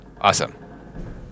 Awesome